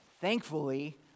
Thankfully